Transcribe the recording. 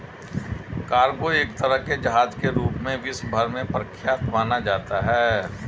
cargo एक तरह के जहाज के रूप में विश्व भर में प्रख्यात माना जाता है